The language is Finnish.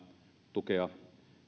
tukea